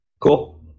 cool